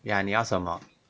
ya 你要什么